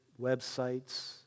websites